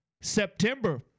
September